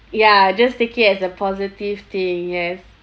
ya just take it as a positive thing yes